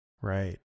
Right